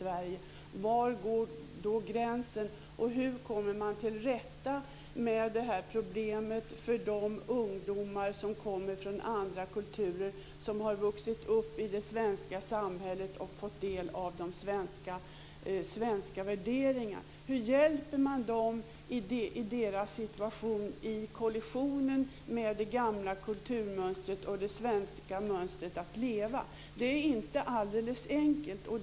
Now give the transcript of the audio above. Var går då gränsen, och hur kommer man till rätta med det här problemet för de ungdomar som kommer från andra kulturer men som har vuxit upp i det svenska samhället och fått del av svenska värderingar? Hur hjälper man dem i deras situation i kollisionen mellan det gamla kulturmönstret och det svenska mönstret att leva? Det är inte alldeles enkelt.